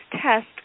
test